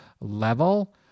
level